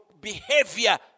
behavior